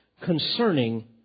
concerning